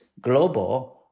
global